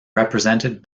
represented